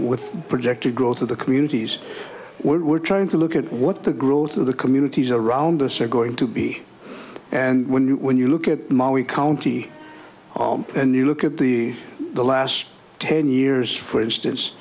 with projected growth of the communities what we're trying to look at what the growth of the communities around us are going to be and when you when you look at them are we county and you look at the the last ten years for instance